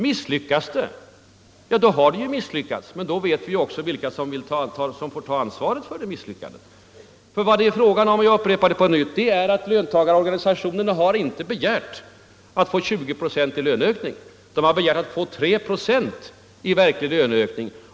Misslyckas det — ja, då har det misslyckats, men vi vet också vilka som får ta ansvaret. Vad det är fråga om — jag upprepar det på nytt — är att löntagarorganisationerna inte har begärt att få 20 procent i löneökning, utan vad de har begärt är 3 procent i verklig löneökning.